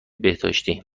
بهداشتی